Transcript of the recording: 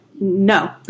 no